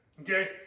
Okay